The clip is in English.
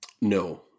No